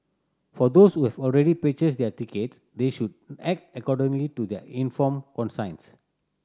for those who have already purchased their tickets they should act accordingly to their informed conscience